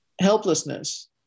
helplessness